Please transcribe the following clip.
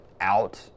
out